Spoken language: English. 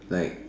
like